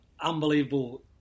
unbelievable